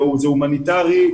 זה הומניטרי,